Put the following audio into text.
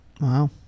wow